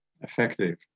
effective